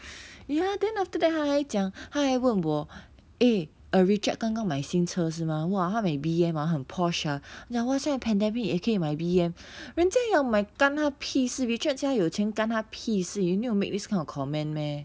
ya then after that 他还讲他还问我 eh err richard 刚刚买新车是吗 !wah! 他买 B_M ah 很 posh ah 讲 !wah! 现在 pandemic 也可以买 B_M 人家要买管他屁事 richard 家有钱管他屁事 you need to make this kind of comment meh